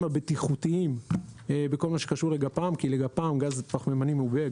הבטיחותיים בכל מה שקשור לגפ"מ כי לגפ"מ גז פחמימני מעובה,